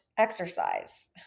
exercise